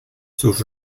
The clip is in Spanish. sus